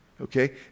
Okay